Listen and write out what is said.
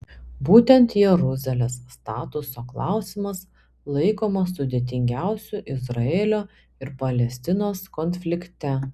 būtent jeruzalės statuso klausimas laikomas sudėtingiausiu izraelio ir palestinos konflikte